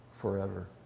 forever